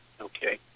Okay